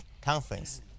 conference